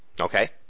Okay